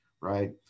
right